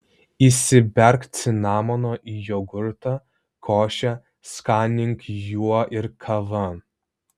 įsiberk cinamono į jogurtą košę skanink juo ir kavą